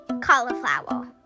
cauliflower